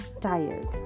tired